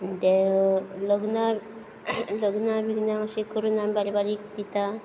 ते लग्नां लग्नां बिग्ना अशी करून आमी बारीक बारीक दिता